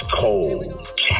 cold